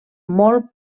molt